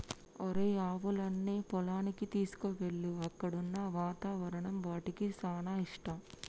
ఒరేయ్ ఆవులన్నీ పొలానికి తీసుకువెళ్ళు అక్కడున్న వాతావరణం వాటికి సానా ఇష్టం